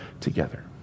together